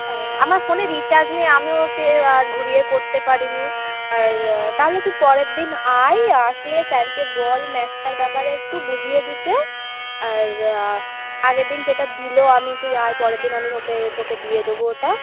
হ্যাঁ আমার ফোনে রিচার্জ নেই আমিও সে আর ঘুরিয়ে করতে পারি নি আর তাহলে তুই পরের দিন আয় আসলে স্যারকে বল ম্যাথসটার ব্যাপারে একটু বুঝিয়ে দিতে আর আগের দিন যেটা দিল আমি তুই আয় পরেরদিন আমি ওকে তোকে দিয়ে দেবো ওটা